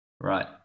Right